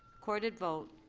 recorded vote.